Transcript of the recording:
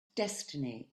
destiny